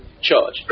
charge